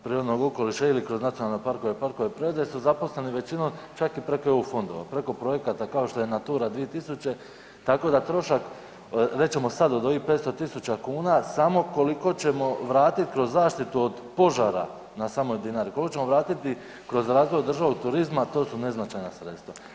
prirodnog okoliša ili kroz nacionalne parkove, parkove prirode su zaposleni većinom kao i preko EU fondova, preko projekta kao što je „Natura 2000“ tako da trošak recimo sada od ovih 500 tisuća kuna samo koliko ćemo vratiti kroz zaštitu od požara na samoj Dinari, koliko ćemo vratiti kroz razvoj održivog turizma to su neznačajna sredstva.